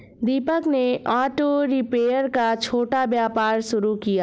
दीपक ने auto repair का छोटा व्यापार शुरू किया